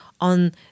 on